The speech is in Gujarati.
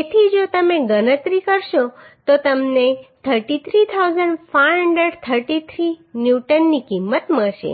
તેથી જો તમે ગણતરી કરશો તો તમને 33533 ન્યૂટનની કિંમત મળશે